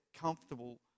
comfortable